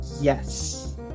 Yes